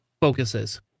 focuses